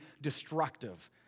destructive